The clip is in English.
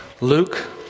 Luke